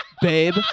Babe